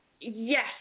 Yes